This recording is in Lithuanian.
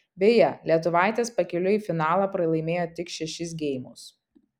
beje lietuvaitės pakeliui į finalą pralaimėjo tik šešis geimus